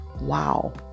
wow